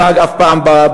לא נהג אף פעם בחורף.